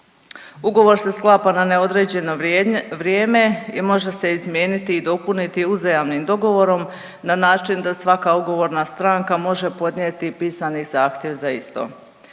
Ugovor se sklapa na neodređeno vrijeme i može se izmijeniti i dopuniti uzajamnim dogovorom na način da svaka ugovorna stranka može podnijeti pisani zahtjev za isto.